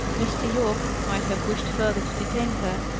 mr. yorke might have wished further to detain her,